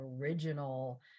original